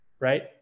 Right